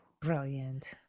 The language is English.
Brilliant